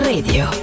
Radio